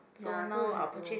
ya so we have to